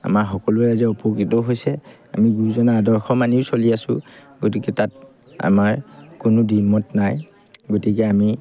আমাৰ সকলোৱে আজি উপকৃতও হৈছে আমি গুৰুজনাৰ আদৰ্শ মানিও চলি আছোঁ গতিকে তাত আমাৰ কোনো দ্বিমত নাই গতিকে আমি